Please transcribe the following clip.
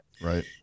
Right